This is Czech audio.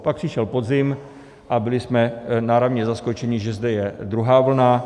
Pak přišel podzim a byli jsme náramně zaskočeni, že zde je druhá vlna.